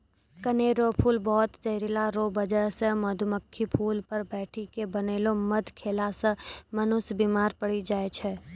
कनेर रो फूल बहुत जहरीला रो बजह से मधुमक्खी फूल पर बैठी के बनैलो मध खेला से मनुष्य बिमार पड़ी जाय छै